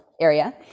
area